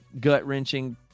gut-wrenching